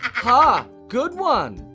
ha, good one.